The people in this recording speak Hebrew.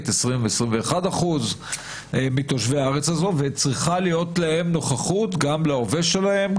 20%-21% מתושבי הארץ הזו וצריכה להיות נוכחות גם להווה שלהם,